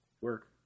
work